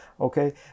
okay